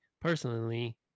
personally